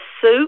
soup